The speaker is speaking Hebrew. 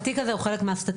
התיק הזה הוא חלק מהסטטיסטיקה.